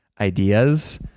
ideas